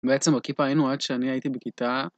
בעצם, עם הכיפה היינו עד שאני הייתי בכיתה...